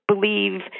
believe